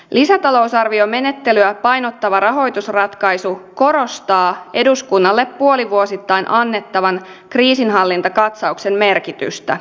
lisätalousarviomenettelyä painottava rahoitusratkaisu korostaa eduskunnalle puolivuosittain annettavan kriisinhallintakatsauksen merkitystä